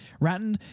Ratton